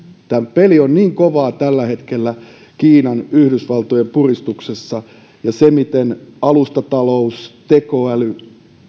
peli on niin kovaa tällä hetkellä kiinan yhdysvaltojen puristuksessa ja kun alustatalous tekoäly